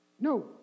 No